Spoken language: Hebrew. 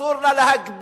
אסור לה להגביל